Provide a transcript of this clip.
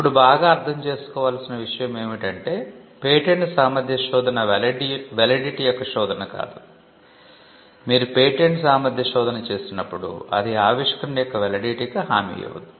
ఇప్పుడు బాగా అర్థం చేసుకోవలసిన విషయం ఏమిటంటే పేటెంట్ సామర్థ్య శోధన వాలిడిటి కు హామీ ఇవ్వదు